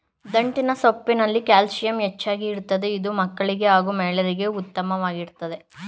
ದಂಟಿನ ಸೊಪ್ಪಲ್ಲಿ ಕ್ಯಾಲ್ಸಿಯಂ ಹೆಚ್ಚಾಗಿ ಇರ್ತದೆ ಇದು ಮಕ್ಕಳಿಗೆ ಹಾಗೂ ಮಹಿಳೆಯರಿಗೆ ಉತ್ಮವಾಗಯ್ತೆ